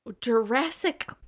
Jurassic